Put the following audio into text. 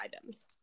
items